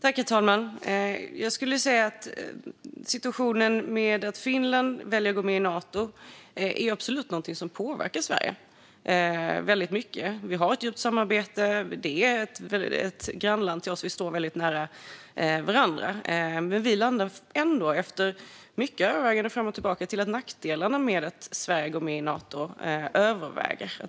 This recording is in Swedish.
Herr talman! Situationen med att Finland väljer att gå med i Nato är absolut någonting som påverkar Sverige mycket. Vi har ett djupt samarbete, och Finland är ett grannland som vi står nära. Men vi i Miljöpartiet landar ändå efter mycket övervägande fram och tillbaka i att nackdelarna med att Sverige går med i Nato överväger.